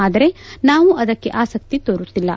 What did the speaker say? ಆದರೆ ನಾವು ಅದಕ್ಕೆ ಆಸಕ್ತಿ ತೋರುತ್ತಿಲ್ಲ